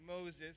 Moses